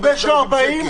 הוא מקבל 5,000 שקל.